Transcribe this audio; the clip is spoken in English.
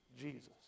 Jesus